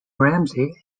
ramsay